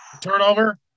turnover